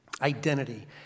identity